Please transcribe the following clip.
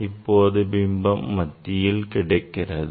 இப்போது பிம்பம் மத்தியில் கிடைக்கிறது